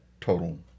total